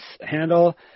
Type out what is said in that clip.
handle